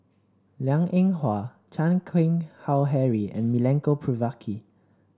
Liang Eng Hwa Chan Keng Howe Harry and Milenko Prvacki